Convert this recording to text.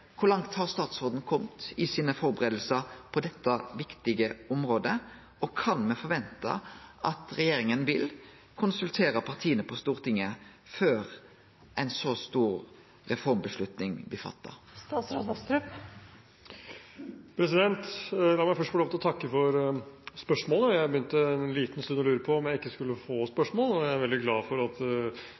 langt har statsråden kome i førebuingane sine på dette viktige området? Og kan me vente at regjeringa vil konsultere partia på Stortinget før ei så stor reformavgjerd blir tatt? La meg først få lov til å takke for spørsmålet. Jeg begynte en liten stund å lure på om jeg ikke skulle få spørsmål, og jeg er veldig glad for at